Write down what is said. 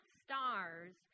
stars